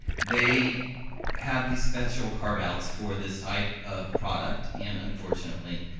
they have these special carveouts for this type of product, and unfortunately,